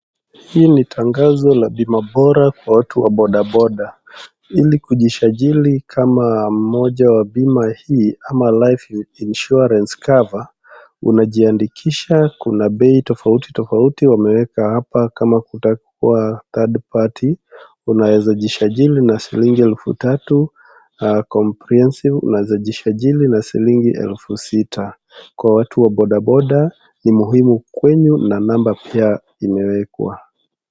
Hii ni tangazo ya bima bora kwa watu wa bodaboda. Ili kujisajili kama mmoja wa bima hii ama life insurance cover unajiandikisha. Kuna bei tofauti tofauti wameweka kama kutakuwa third party unaweza jisali na shilingi elfu tatu comprehensive unaweza jisajili na shilingi elfu sita, kwa watu wa boda boda ni muhimu kwenyu na namba pia imewekwa.